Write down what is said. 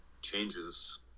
changes